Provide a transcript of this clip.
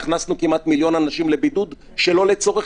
הכנסנו כמעט מיליון איש לבידוד שלא לצורך,